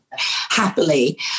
happily